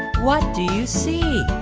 what do you see?